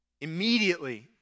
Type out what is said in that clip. immediately